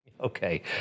Okay